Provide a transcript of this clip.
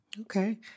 Okay